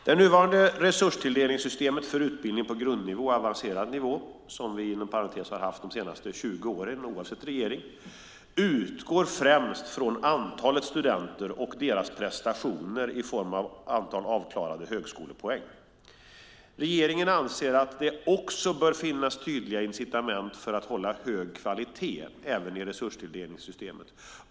Det nuvarande resurstilldelningssystemet för utbildning på grundnivå och avancerad nivå, som vi inom parentes sagt har haft de senaste 20 åren oavsett regering, utgår främst från antalet studenter och deras prestationer i form av antal avklarade högskolepoäng. Regeringen anser att det också bör finnas tydliga incitament för att hålla hög kvalitet även i resurstilldelningssystemet.